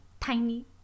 tiny